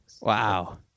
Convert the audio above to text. Wow